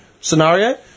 scenario